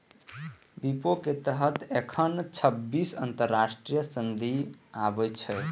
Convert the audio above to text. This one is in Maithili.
विपो के तहत एखन छब्बीस अंतरराष्ट्रीय संधि आबै छै